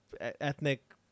ethnic